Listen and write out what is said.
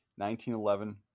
1911